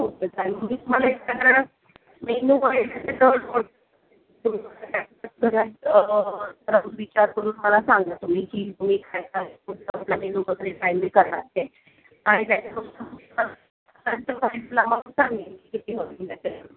okay चालेल मग मी तुम्हाला एक साधारण मेनू वगैरे विचार करून मला सांगा तुम्ही की तुम्ही काय काय कुठला कुठला मेनू वगैरे फायनल करणार ते आणि त्याच्यानंतर मी सांगीन किती होतील